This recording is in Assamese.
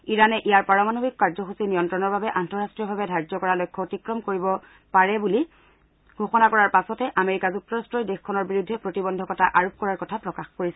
ইৰাণে ইয়াৰ পাৰমানৱিক কাৰ্যসূচী নিয়ন্ত্ৰণৰ বাবে আন্তঃৰাষ্টীয়ভাৱে ধাৰ্য কৰা লক্ষ্য অতিক্ৰম কৰিব পাৰে বুলি ঘোষণা কৰাৰ পাছতে আমেৰিকা যুক্তৰাট্টই দেশখনৰ বিৰুদ্ধে প্ৰতিবন্ধকতা আৰোপ কৰাৰ কথা প্ৰকাশ কৰিছে